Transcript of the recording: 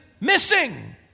missing